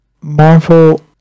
Marvel